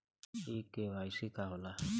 इ के.वाइ.सी का हो ला?